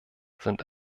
sind